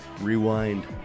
Rewind